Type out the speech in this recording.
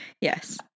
Yes